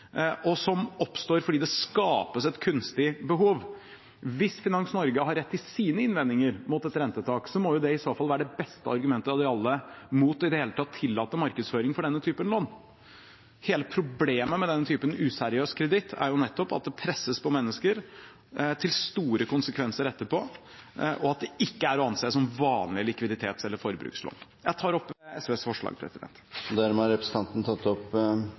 og som oppstår fordi det skapes et kunstig behov. Hvis Finans Norge har rett i sine innvendinger mot et rentetak, må jo det i så fall være det beste argumentet av dem alle mot i det hele tatt å tillate markedsføring for denne typen lån. Hele problemet med denne typen useriøs kreditt er jo nettopp at det presses på mennesker – til store konsekvenser etterpå – og at det ikke er å anse som vanlige likviditets- eller forbrukslån. Jeg tar opp SVs forslag. Dermed har representanten Snorre Serigstad Valen tatt opp